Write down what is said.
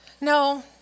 no